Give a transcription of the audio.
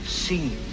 seen